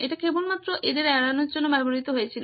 এটি কেবলমাত্র এদের এড়ানোর জন্য ব্যবহৃত হয়েছিল